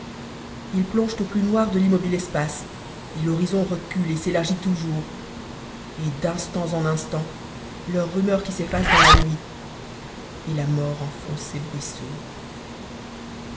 lis plongent au p us noir de l'immobile espace et l'horizon recule et s'élargit toujours et d'instants en instants leur rumeur qui s'ecacc i ans la nuit et la mort enfonce ses bruits sourds